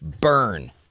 Burn